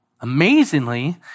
Amazingly